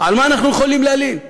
על מה אנחנו יכולים להלין?